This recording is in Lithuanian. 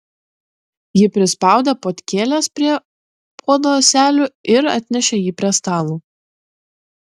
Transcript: ji prispaudė puodkėles prie puodo ąselių ir atnešė jį prie stalo